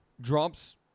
drops